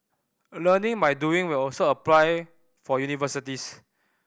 learning by doing will also apply for universities